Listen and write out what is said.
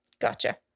Gotcha